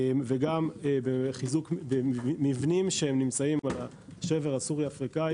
וגם בחיזוק מבנים שנמצאים על השבר הסורי-אפריקני